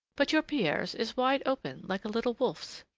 but your pierre's is wide open, like a little wolf's.